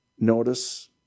Notice